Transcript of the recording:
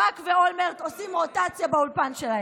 ברק ואולמרט עושים רוטציה באולפן שלהם.